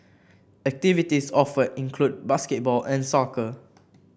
activities offered include basketball and soccer